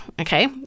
okay